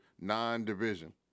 non-division